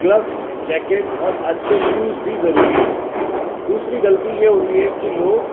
gloss jacket اور اچھے shoes بھی ضروری ہیں دوسری غلطی یہ ہوتی ہے کہ لوگ